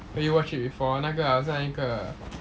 have you watch it before 那个好像一个